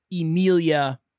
Emilia